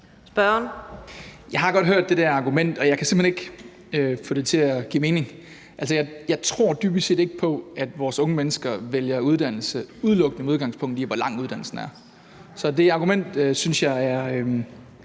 Jeg har godt hørt det der argument, og jeg kan simpelt hen ikke få det til at give mening. Jeg tror dybest set ikke på, at vores unge mennesker vælger uddannelse, udelukkende med udgangspunkt i hvor lang uddannelsen er. Så det argument synes jeg er